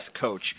coach